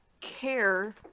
care